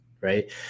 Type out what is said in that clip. right